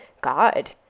God